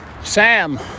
Sam